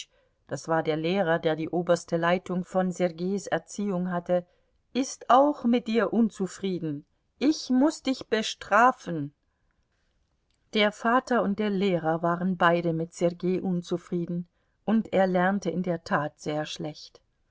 die oberste leitung von sergeis erziehung hatte ist auch mit dir unzufrieden ich muß dich bestrafen der vater und der lehrer waren beide mit sergei unzufrieden und er lernte in der tat sehr schlecht